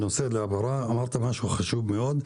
אמרת משהו חשוב מאוד.